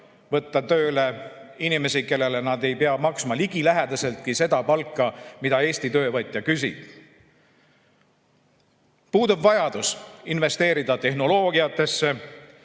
võtta tööle inimesi, kellele nad ei pea maksma ligilähedaseltki seda palka, mida Eesti töövõtja küsib. Puudub vajadus investeerida tehnoloogiasse,